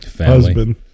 Husband